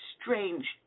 strange